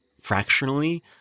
fractionally